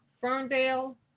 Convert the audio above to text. Ferndale